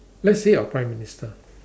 let's say our prime minister